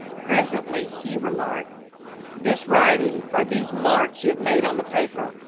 presently he remarked this writing, or these marks you have made on the paper,